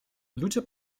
ludzie